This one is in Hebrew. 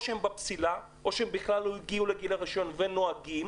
שהם בפסילה או שהם בכלל לא הגיעו לגיל הרישיון ונוהגים,